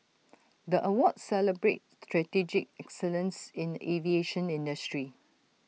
the awards celebrate strategic excellence in the aviation industry